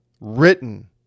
written